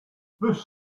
this